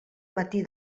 matí